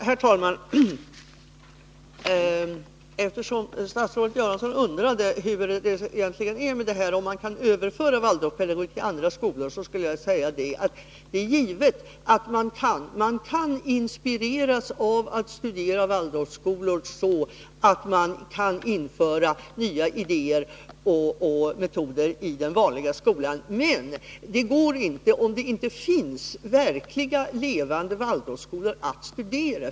Herr talman! Eftersom statsrådet Göransson undrade hur det egentligen förhåller sig när det gäller Waldorfpedagogiken, om man kan överföra denna till andra skolor, skulle jag vilja säga att man givetvis kan göra det. Man kan inspireras av att studera Waldorfskolor. Som en följd härav kan nya idéer och metoder införas i den vanliga skolan. Men detta är inte möjligt om det inte finns verkliga, levande Waldorfskolor att studera.